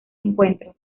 encuentros